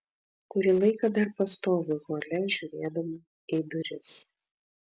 kurį laiką dar pastoviu hole žiūrėdama į duris